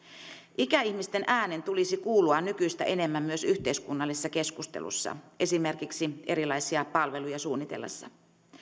ikäihmisten äänen tulisi kuulua nykyistä enemmän myös yhteiskunnallisessa keskustelussa esimerkiksi erilaisia palveluja suunnitellessa